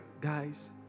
guys